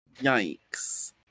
Yikes